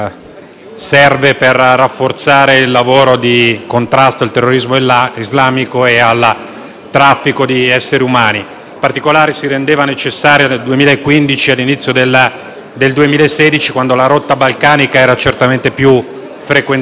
serve a rafforzare il lavoro di contrasto al terrorismo islamico e al traffico di esseri umani. In particolare, questo lavoro si è reso necessario nel 2015 e all'inizio del 2016, quando la rotta balcanica era certamente più frequentata.